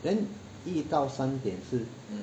then 一到三点是